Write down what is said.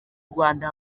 rwanda